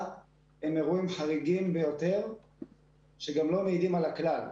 הם אירועים חריגים ביותר שגם לא מעידים על הכלל.